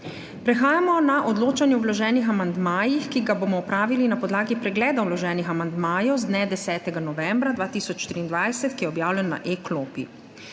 Prehajamo na odločanje o vloženih amandmajih, ki ga bomo opravili na podlagi pregleda vloženih amandmajev z dne 10. novembra 2023, ki je objavljen na e-klopi.